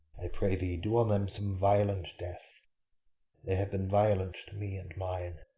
i pray thee, do on them some violent death they have been violent to me and mine.